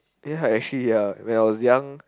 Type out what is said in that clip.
ya actually ya when I was young